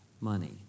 money